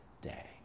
day